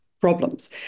problems